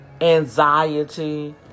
anxiety